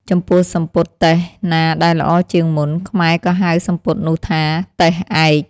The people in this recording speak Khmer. ចំពោះសំពត់ទេសណាដែលល្អជាងមុន ខ្មែរក៏ហៅសំពត់នោះថា «ទេសឯក»។